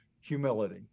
humility